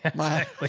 and my ah